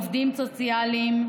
עובדים סוציאליים,